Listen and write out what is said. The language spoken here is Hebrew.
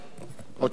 בבקשה, אדוני.